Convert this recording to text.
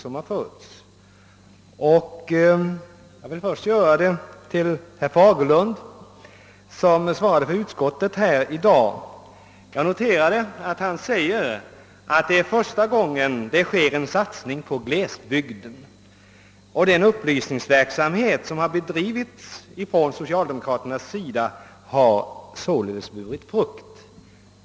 Jag vill börja med inlägget från herr Fagerlund, som i dag var talesman för utskottets majoritet. Jag noterade att han sade, att det är första gången det sker en satsning på glesbygden och att den upplysningsverksamhet, som socialdemokraterna bedrivit, således har burit frukt.